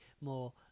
more